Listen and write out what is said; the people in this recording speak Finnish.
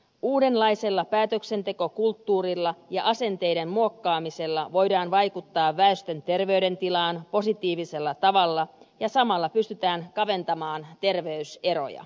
uudenlaisella päätöksentekokulttuurilla ja asenteiden muokkaamisella voidaan vaikuttaa väestön terveydentilaan positiivisella tavalla ja samalla pystytään kaventamaan terveyseroja